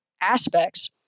aspects